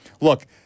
look